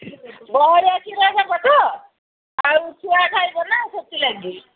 ବହଳିଆ କ୍ଷୀର ଦବ ତ ଆଉ ଛୁଆ ଖାଇବ ନା ସେଥି ଲାଗି